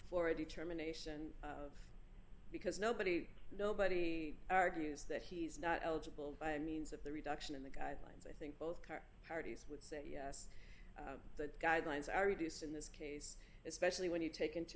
a determination because nobody nobody argues that he's not eligible by means of the reduction in the guidelines i think both car parties would say yes the guidelines are reduced in this case especially when you take into